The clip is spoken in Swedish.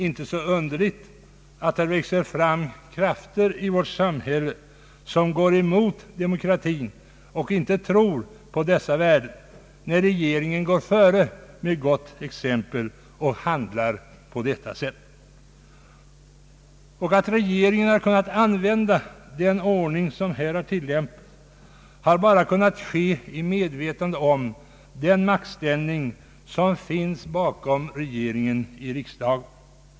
Inte så underligt att det växer fram krafter i vårt samhälle vilka går emot demokratin och inte tror på dess värden, när regeringen går före med ”gott” exempel och handlar på detta sätt. Det är endast i medvetande om den maktställning som finns bakom regeringen i riksdagen som den kunnat använda den ordning som här tillämpats.